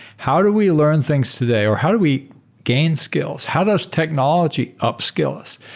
how do we learn things today or how do we gain skills? how does technology upscale us?